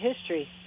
history